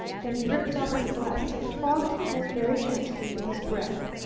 then he ripped off his glasses and fogged them very gently with his breath.